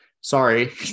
sorry